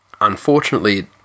unfortunately